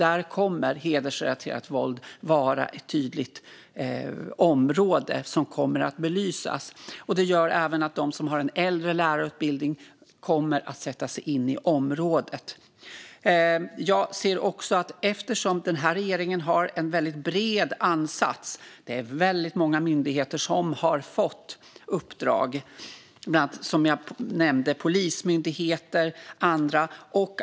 Där är hedersrelaterat våld ett tydligt område som kommer att belysas, och det gör att även de som har en äldre lärarutbildning kommer att sätta sig in i området. Den här regeringen har en väldigt bred ansats, och därför är det väldigt många myndigheter som har fått uppdrag, både Polismyndigheten och andra.